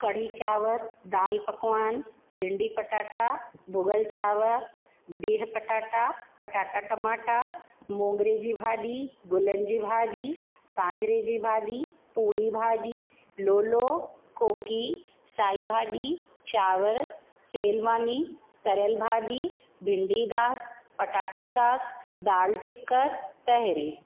कढ़ी चावरु दालि पकवान भिंडी पटाटा भुॻल चावर बिहु पटाटा पटाटा टमाटा मोंगरे जी भाॼी गुलनि जी भाॼी सांजरे जी भाॼी पूड़ी भाॼी लोलो कोकी साई भाॼी चावर सेल मानी तरियल भाॼी भिंडी दास पटाटा दास दालि ठिक्कर ताहिरी